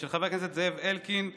של חבר הכנסת זאב אלקין,